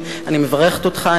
אני מברכת אותך.